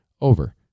over